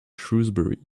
shrewsbury